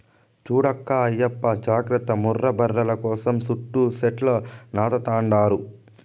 చూడక్కా ఆయప్ప జాగర్త ముర్రా బర్రెల కోసం సుట్టూ సెట్లు నాటతండాడు